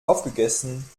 aufgegessen